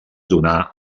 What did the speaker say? donà